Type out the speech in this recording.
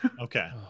okay